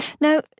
Now